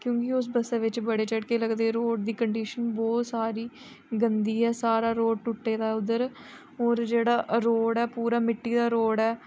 क्योंकि उस बस्सै बिच्च बड़े झटके लगदे रोड़ दी कंडिशन बोह्त सारी गंदी ऐ सारा रोड़ टुट्टे दा उद्धर होर जेह्ड़ा रोड़ ऐ पूरा मिट्टी दा रोड़ ऐ